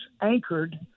anchored